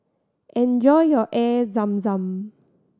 enjoy your Air Zam Zam